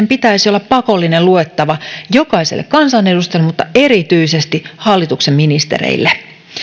pitäisi olla pakollinen luettava jokaiselle kansanedustajalle mutta erityisesti hallituksen ministereille